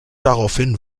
daraufhin